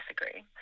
disagree